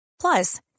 Plus